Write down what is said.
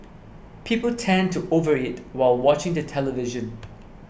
people tend to overeat while watching the television